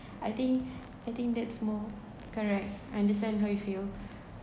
I think I think that's more correct understand how you feel